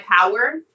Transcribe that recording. power